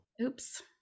Oops